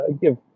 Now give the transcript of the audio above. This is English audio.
give